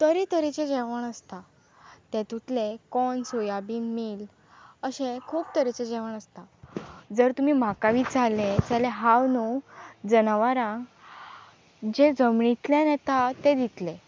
तरे तरेचें जेवण आसता तेतूतलें कॉन सोयाबीन मील्क अशें खूब तरेचें जेवण आसता जर तुमी म्हाका विचारलें जाल्यार हांव न्हू जनावरांक जे जमणींतल्यान येता तें दितले